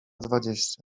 dwadzieścia